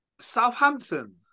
Southampton